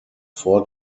four